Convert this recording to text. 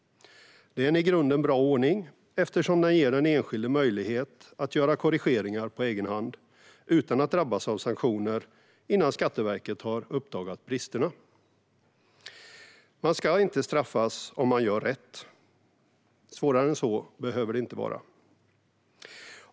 Det är en i grunden bra ordning, eftersom den ger den enskilde möjlighet att göra korrigeringar på egen hand utan att drabbas av sanktioner innan Skatteverket har uppdagat bristerna. Man ska inte straffas om man gör rätt. Svårare än så behöver det inte vara.